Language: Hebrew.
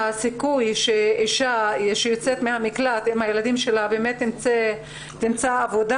הסיכוי שאישה שיוצאת מהמקלט עם הילדים שלה באמת תמצא עבודה,